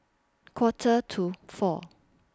Quarter to four